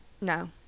no